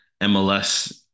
mls